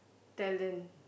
talent